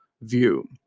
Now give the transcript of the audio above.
view